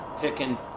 picking